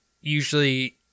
usually